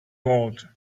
world